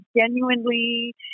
genuinely